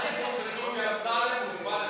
שאלתי שאלה.